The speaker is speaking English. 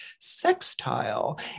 sextile